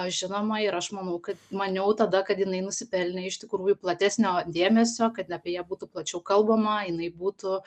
žinoma ir aš manau kad maniau tada kad jinai nusipelnė iš tikrųjų platesnio dėmesio kad apie ją būtų plačiau kalbama jinai būtų